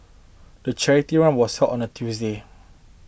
the charity run was held on a Tuesday